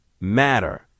matter